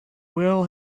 will